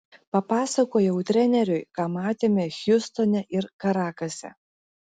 papasakojau treneriui ką matėme hjustone ir karakase